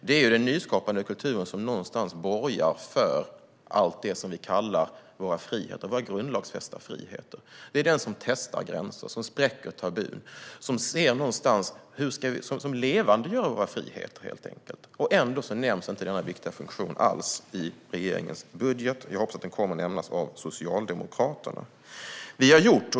Det är den nyskapande kulturen som någonstans borgar för allt det som vi kallar våra grundlagsfästa friheter. Det är den som testar gränser, som spräcker tabun och som levandegör våra friheter. Ändå nämns inte denna viktiga funktion alls i regeringens budget. Jag hoppas att den kommer att nämnas av Socialdemokraterna.